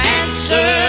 answer